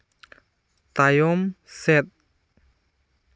ᱛᱟᱭᱚᱢ ᱥᱮᱫ